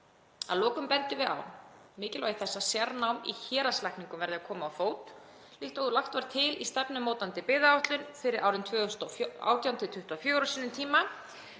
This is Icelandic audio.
Að lokum bendum við á mikilvægi þess að sérnámi í héraðslækningum verði komið á fót, líkt og lagt var til í stefnumótandi byggðaáætlun fyrir árin 2018–2024 á sínum tíma.